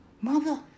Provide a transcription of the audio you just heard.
Mother